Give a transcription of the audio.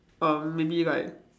um maybe like